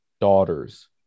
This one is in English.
daughters